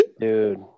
Dude